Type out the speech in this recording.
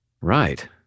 right